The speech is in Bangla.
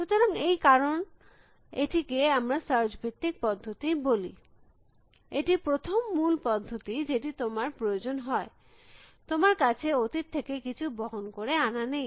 সুতরাং এই কারণে এটিকে আমরা সার্চ ভিত্তিক পদ্ধতি বলি এটি প্রথম মূল পদ্ধতি যেটি তোমার প্রয়োজন হয় তোমার কাছে অতীত থেকে কিছু বহন করে আনা নেই